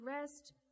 rest